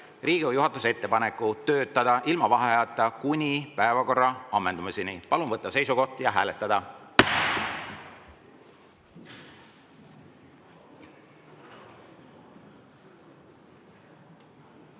Riigikogu juhatuse ettepaneku töötada ilma vaheajata kuni päevakorra ammendumiseni. Palun võtta seisukoht ja hääletada!